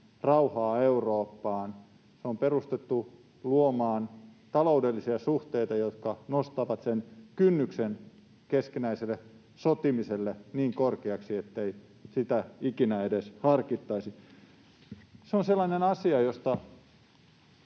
rauhaa Eurooppaan, se on perustettu luomaan taloudellisia suhteita, jotka nostavat sen kynnyksen keskinäiselle sotimiselle niin korkeaksi, ettei sitä ikinä edes harkittaisi. Se on sellainen asia, josta